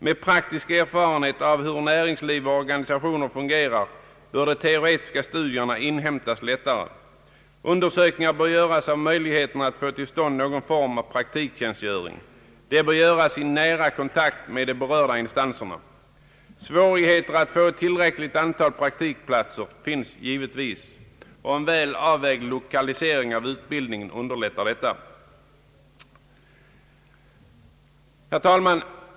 Med praktisk erfarenhet av hur näringsliv och organisationer fungerar bör de teoretiska studierna inhämtas lättare. Undersökningar bör göras av möjligheterna att få till stånd någon form av praktiktjänstgöring i nära kontakt med de berörda instanserna. Svårigheter att få tillräckligt antal praktikplatser finns givetvis, men en väl avvägd lokalisering av utbildningen minskar dessa svårigheter. Herr talman!